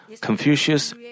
Confucius